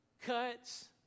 cuts